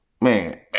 Man